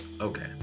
Okay